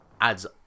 adds